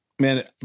man